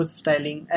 styling